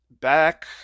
back